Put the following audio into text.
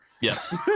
Yes